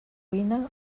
cuina